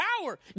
power